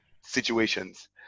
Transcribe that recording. situations